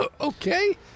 okay